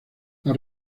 las